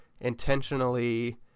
intentionally